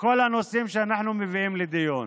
בכל הנושאים שאנחנו מביאים לדיון.